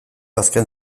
azken